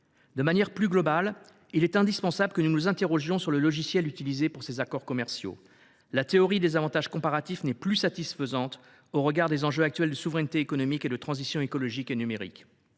De manière plus globale, il est indispensable que nous nous interrogions sur le logiciel utilisé pour ces accords commerciaux. La théorie des « avantages comparatifs » n’est plus satisfaisante au regard des enjeux actuels de souveraineté économique et de transition écologique et numérique.